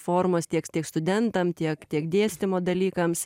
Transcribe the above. formos tiek tiek studentam tiek tiek dėstymo dalykams